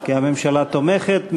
כי הממשלה תומכת.